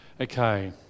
Okay